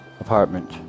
apartment